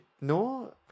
No